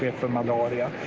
from malaria?